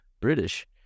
British